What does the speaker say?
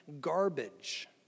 garbage